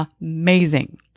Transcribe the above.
amazing